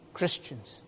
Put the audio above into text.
Christians